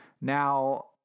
Now